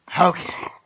Okay